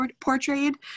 portrayed